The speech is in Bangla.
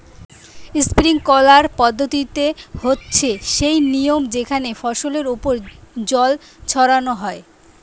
স্প্রিংকলার পদ্ধতি হচ্ছে সেই নিয়ম যেখানে ফসলের ওপর জল ছড়ানো হয়